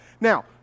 Now